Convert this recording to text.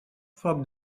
foc